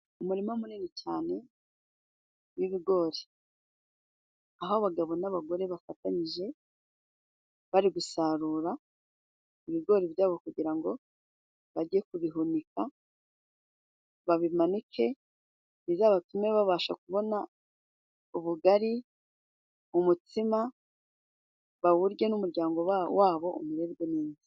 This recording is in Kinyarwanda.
Umurima munini cyane w'ibigori aho abagabo n'abagore bafatanyije bari gusarura ibigori byabo kugira ngo bajye kubihunika, babimanike bizabatume babasha kubona ubugari, umutsima bawurye n'umuryango wabo bamererwe neza